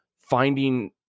finding